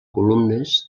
columnes